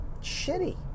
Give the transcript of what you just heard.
shitty